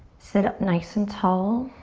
sit up nice and tall.